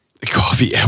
Coffee